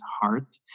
heart